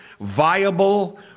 viable